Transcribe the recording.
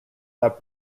that